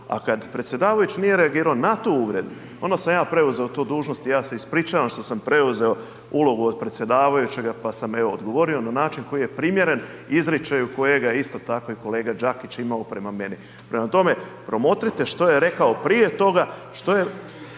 a kad predsjedavajući nije reagirao na tu uvredu onda sam ja preuzeo tu dužnost i ja se ispričavam što sam preuzeo ulogu od predsjedavajućega pa sam evo odgovorio na način koji je primjeren izričaju kojega je isto tako i kolega Đakić imamo prema meni. Prema tome promotrite što je rekao prije toga